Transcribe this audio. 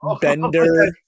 Bender